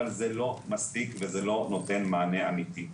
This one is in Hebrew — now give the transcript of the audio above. אבל זה לא מספיק ולא נותן מענה אמיתי.